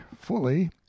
fully